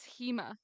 HEMA